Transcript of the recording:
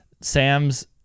Sam's